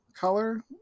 color